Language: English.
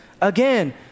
Again